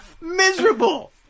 miserable